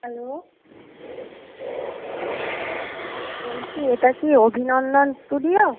hello বলছি এটা কি অভিনন্দন স্টুডিও